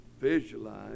visualize